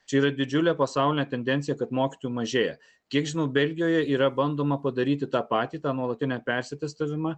čia yra didžiulė pasaulinė tendencija kad mokytojų mažėja kiek žinau belgijoje yra bandoma padaryti tą patį tą nuolatinę persiatestavimą